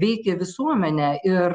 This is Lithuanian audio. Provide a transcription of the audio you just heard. ir veikė visuomenę ir